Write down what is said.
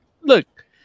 look